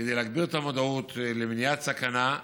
כדי להגביר את המודעות למניעת סכנה.